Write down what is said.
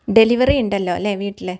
delivery ഉണ്ടല്ലോ അല്ലെ വീട്ടില്